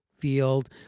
field